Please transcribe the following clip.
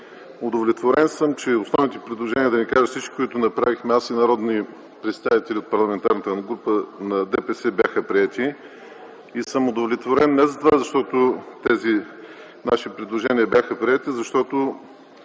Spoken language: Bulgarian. Удовлетворен съм, че основните предложения, да не кажа всичките, които направихме аз и народни представители от Парламентарната група на ДПС, бяха приети. Удовлетворен съм не за това, защото тези наши предложения бяха приети, а защото